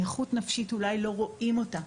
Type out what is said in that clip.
נכות נפשית אולי לא רואים אותה.